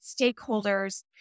stakeholders